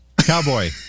Cowboy